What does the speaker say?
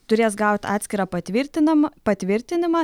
turės gaut atskirą patvirtinama patvirtinimą